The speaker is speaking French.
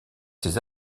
ses